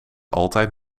altijd